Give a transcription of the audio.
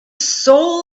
soul